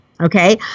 Okay